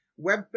web